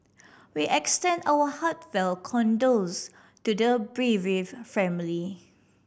we extend our heartfelt condols to the bereave family